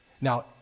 Now